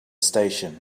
station